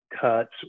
cuts